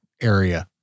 area